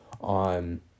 on